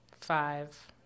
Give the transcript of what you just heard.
Five